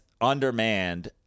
undermanned